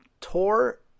Tore